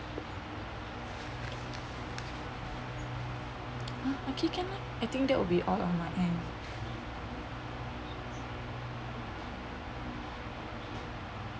ah okay can ah I think that would be all on my end